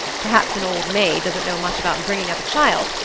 perhaps an old maid doesn't know much about bringing up a child,